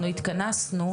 אנחנו התכנסנו,